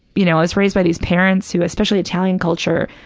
you know, i was raised by these parents who, especially italian culture,